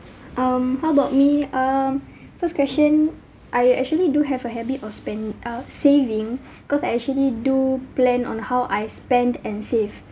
um how about me um first question I actually do have a habit of spend uh saving cause I actually do plan on how I spend and save